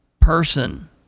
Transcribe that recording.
person